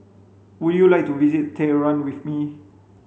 would you like to visit Tehran with me